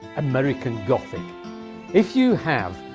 american gothic if you have,